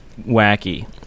wacky